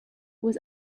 was